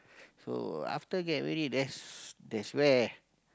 so after get married that's that's where